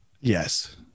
Yes